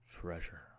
treasure